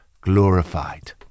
glorified